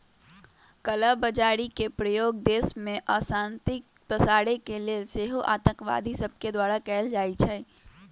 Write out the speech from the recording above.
कला बजारी के प्रयोग देश में अशांति पसारे के लेल सेहो आतंकवादि सभके द्वारा कएल जाइ छइ